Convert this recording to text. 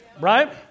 Right